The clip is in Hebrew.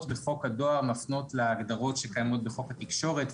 בחוק הדואר מפנות להגדרות שקיימות בחוק התקשורת,